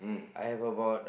I have about